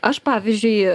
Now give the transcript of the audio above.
aš pavyzdžiui